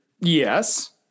Yes